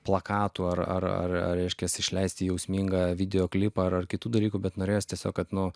plakatų ar ar ar ar reiškias išleisti jausmingą videoklipą ar kitų dalykų bet norėjosi tiesiog kad nuo